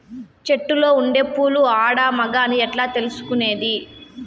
చెట్టులో ఉండే పూలు ఆడ, మగ అని ఎట్లా తెలుసుకునేది?